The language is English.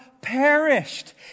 perished